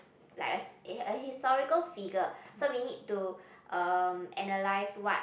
like a a historical figure so we need to um analyze what